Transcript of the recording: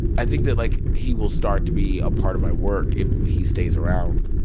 i think that, like, he will start to be a part of my work if he stays around